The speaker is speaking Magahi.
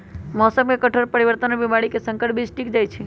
मौसम के कठोर परिवर्तन और बीमारी में संकर बीज टिक जाई छई